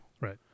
right